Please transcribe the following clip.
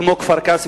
כמו כפר-קאסם?